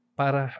para